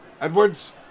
Edwards